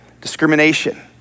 discrimination